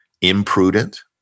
imprudent